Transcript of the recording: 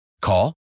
Call